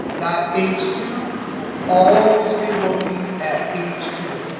that h two will always be looking at h two.